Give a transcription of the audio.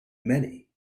many